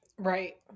Right